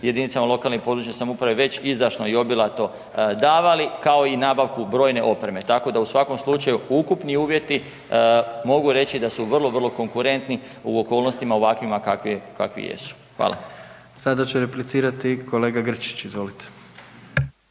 jedinicama lokalne i područne samouprave već izdašno i obilato davali, kao i nabavku brojne opreme, tako da u svakom slučaju, ukupni uvjeti, mogu reći da su vrlo, vrlo konkurentni u okolnostima ovakvima kakvi jesu. Hvala. **Jandroković, Gordan (HDZ)** Sada će replicirati kolega Grčić, izvolite.